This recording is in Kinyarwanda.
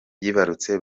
yibarutse